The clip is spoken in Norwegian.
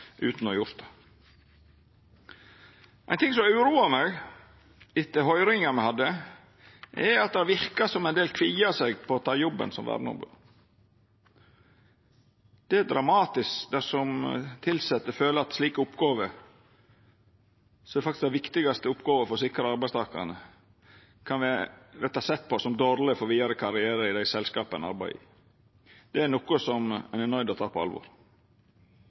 utan å ha gjort det. Ein ting som uroa meg etter høyringa me hadde, er at det verkar som ein del kvir seg for å ta jobben som verneombod. Det er dramatisk dersom tilsette føler at slike oppgåver, som faktisk er den viktigaste oppgåva for å sikra arbeidstakarane, kan verta sett på som dårleg for vidare karriere i det selskapet ein arbeider i. Det er noko ein er nøydd til å ta på alvor.